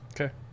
Okay